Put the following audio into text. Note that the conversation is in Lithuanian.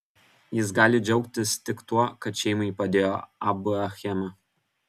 jis gali džiaugtis tik tuo kad šeimai padėjo ab achema